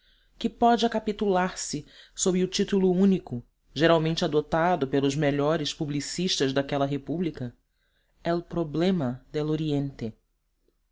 que pode acapitular se sob o título único geralmente adotado pelos melhores publicistas daquela república el problema del oriente